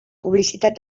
publicitat